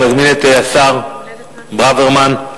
אני מזמין את השר אבישי ברוורמן,